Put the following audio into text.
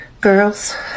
Girls